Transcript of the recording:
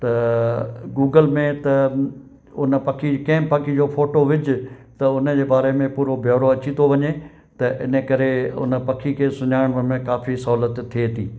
त गूगल में त उन पखी जी कंहिं बि पखी जो फोटो विझ त उन जे बारे में पूरो ब्योरो अची तो वञे त इन करे उन पखी खे सुञाणण में काफ़ी सहूलियत थिए थी